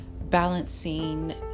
Balancing